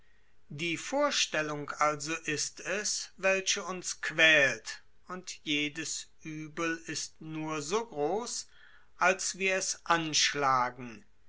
die vorstellung also ist es welche uns quält und jedes uebel ist nur so groß als wir es anschlagen